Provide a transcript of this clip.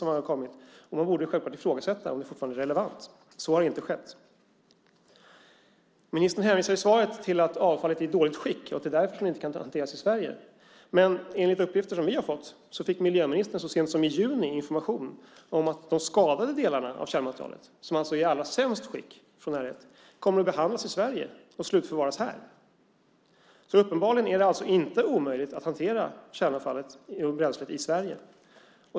Därför måste man självklart ifrågasätta om detta fortfarande är relevant, men så har inte skett. Ministern hänvisar i svaret till att avfallet är i dåligt skick och att det därför inte kan transporteras i Sverige. Enligt uppgifter som vi har fått fick miljöministern så sent som i juni information om att de skadade delarna av kärnmaterialet, som alltså är i allra sämst skick, kommer att behandlas i Sverige och slutförvaras här. Uppenbarligen är det alltså inte omöjligt att hantera kärnavfallet i Sverige.